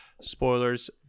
spoilers